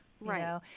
right